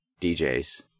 DJs